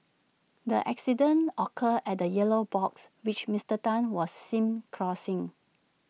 the accident occurred at A yellow box which Mister Tan was seen crossing